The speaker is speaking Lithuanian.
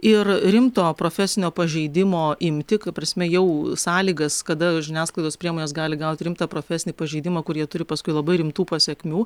ir rimto profesinio pažeidimo imtį kai prasme jau sąlygas kada žiniasklaidos priemonės gali gaut rimtą profesinį pažeidimą kur jie turi paskui labai rimtų pasekmių